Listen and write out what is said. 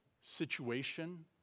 situation